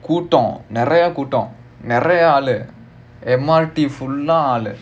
கூட்டம் நிறைய கூட்டம் நிறைய ஆளு நிறைய ஆளு:kootam niraiya kootam niraiya aalu niraiya aalu M_R_T full ah ஆளு:aalu